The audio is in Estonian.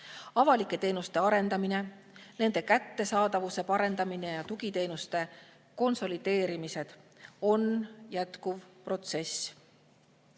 Avalike teenuste arendamine, nende kättesaadavuse parandamine ja tugiteenuste konsolideerimine on jätkuv protsess.